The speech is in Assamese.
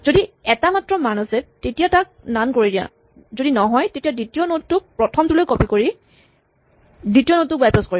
যদি এটা মাত্ৰ মান আছে তেতিয়া তাক নন কৰি দিয়া যদি নহয় তেতিয়া দ্বিতীয় নড টোক প্ৰথমটোলৈ কপি কৰি দ্বিতীয় নড টোক বাইপাছ কৰা